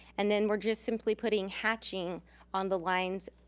and then we're just simply putting hatching on the lines,